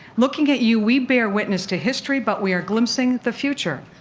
looking at you, we bear witness to history but we are glimpsing the future.